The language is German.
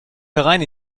herein